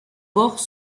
bords